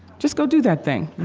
just go do that thing